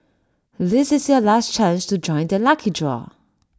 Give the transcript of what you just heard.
this is your last chance to join the lucky draw